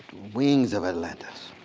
wings of atalanta,